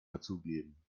dazugeben